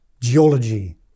geology